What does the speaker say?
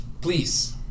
please